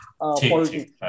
politics